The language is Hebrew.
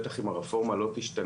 באמת אם הרפורמה לא תשתנה,